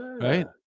right